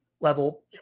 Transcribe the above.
level